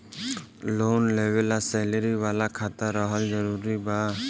Loan लेवे ला salary वाला खाता रहल जरूरी बा?